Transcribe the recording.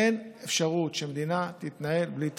אין אפשרות שמדינה תתנהל בלי תקציב,